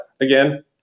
again